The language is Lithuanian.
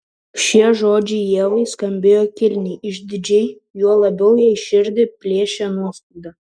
šie žodžiai ievai skambėjo kilniai išdidžiai juo labiau jai širdį plėšė nuoskauda